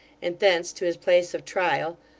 and thence to his place of trial,